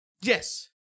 yes